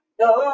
no